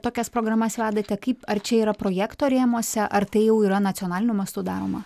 tokias programas vedate kaip ar čia yra projekto rėmuose ar tai jau yra nacionaliniu mastu daroma